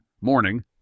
Morning